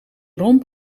romp